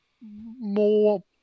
more